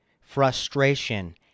frustration